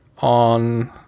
on